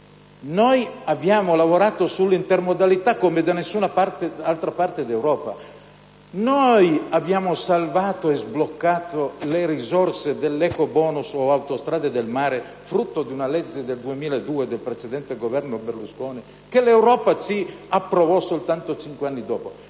abbiamo lavorato sull'intermodalità come da nessuna altra parte d'Europa. Noi abbiamo salvato e sbloccato le risorse dell'*ecobonus* per le autostrade del mare, frutto di una legge del 2002 del precedente governo Berlusconi che l'Europa approvò soltanto cinque anni dopo.